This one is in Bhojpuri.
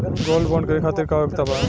गोल्ड बोंड करे खातिर का योग्यता बा?